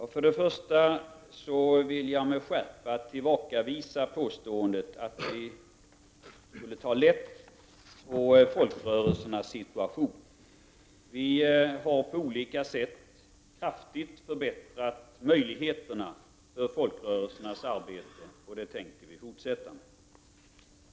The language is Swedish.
Herr talman! För det första vill jag med skärpa tillbakavisa påståendet att regeringen skulle ta lätt på folkrörelsernas situation. Vi har på olika sätt kraftigt förbättrat möjligheterna för folkrörelsernas arbete, och det tänker vi fortsätta med.